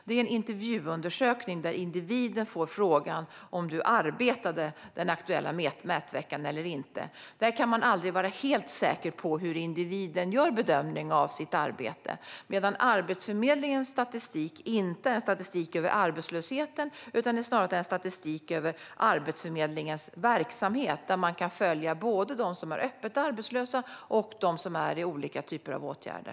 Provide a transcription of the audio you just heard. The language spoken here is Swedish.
Det är intervjuundersökningar där individen får frågan om man arbetade den aktuella mätveckan eller inte. Man kan aldrig vara helt säker på hur individen gör bedömningen av sitt arbete i undersökningarna. Arbetsförmedlingens statistik är inte en statistik över arbetslösheten utan snarare en statistik över Arbetsförmedlingen verksamhet. Där kan man följa både dem som är öppet arbetslösa och dem som är i olika typer av åtgärder.